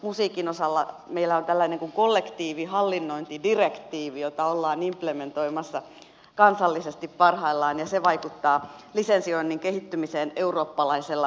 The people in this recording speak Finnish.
musiikin osalla meillä on tällainen kuin kollektiivihallinnointidirektiivi jota ollaan implementoimassa kansallisesti parhaillaan ja se vaikuttaa lisensioinnin kehittymiseen eurooppalaisella tasolla